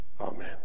Amen